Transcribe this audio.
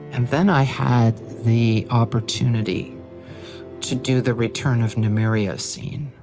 and then i had the opportunity to do the return of nymeria scene